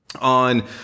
on